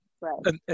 Right